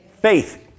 Faith